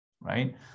right